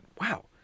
Wow